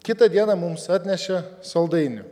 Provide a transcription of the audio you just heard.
kitą dieną mums atnešė saldainių